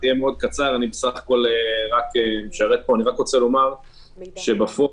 אני בסך הכול רוצה לומר שבפועל,